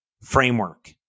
framework